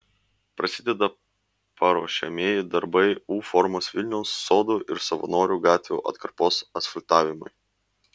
prasideda paruošiamieji darbai u formos vilniaus sodų ir savanorių gatvių atkarpos asfaltavimui